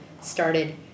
started